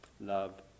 love